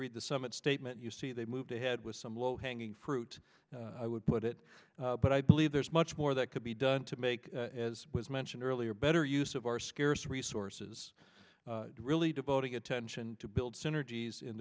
read the summit statement you see they moved ahead with some low hanging fruit i would put it but i believe there's much more that could be done to make as was mentioned earlier better use of our scarce resources really devoting attention to build synerg